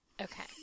Okay